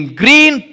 green